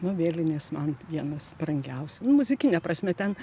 nu vėlinės man vienas brangiausių muzikine prasme ten